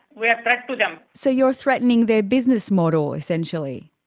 we're a threat to them. so you're threatening their business model essentially?